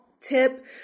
tip